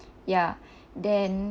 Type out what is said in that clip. ya then